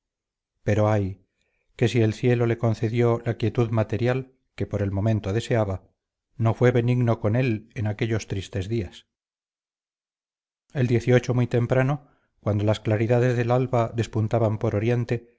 pero ay que si el cielo le concedió la quietud material que por el momento deseaba no fue benigno con él en aquellos tristes días el muy temprano cuando las claridades del alba despuntaban por oriente